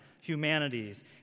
humanities